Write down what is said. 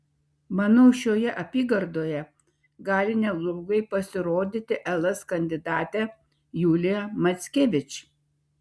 manau šioje apygardoje gali neblogai pasirodyti ls kandidatė julija mackevič